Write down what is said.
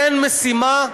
אין משימה,